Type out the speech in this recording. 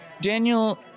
Daniel